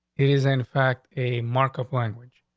it is, in fact, a markup language.